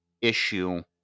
issue